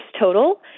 total